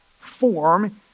form